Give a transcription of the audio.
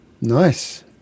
nice